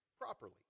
properly